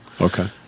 Okay